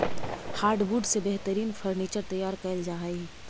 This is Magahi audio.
हार्डवुड से बेहतरीन फर्नीचर तैयार कैल जा हइ